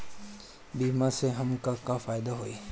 बीमा से हमके का फायदा होई?